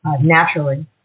naturally